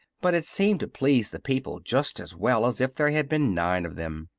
but it seemed to please the people just as well as if there had been nine of them.